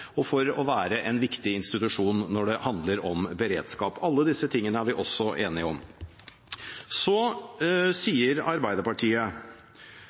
og for å være en viktig institusjon når det handler om beredskap. Alle disse tingene er vi også enige om. Så sier Arbeiderpartiet